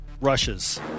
Rushes